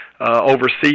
overseas